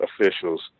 officials